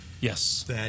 Yes